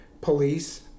police